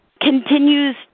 continues